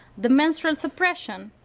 the menstrual suppression.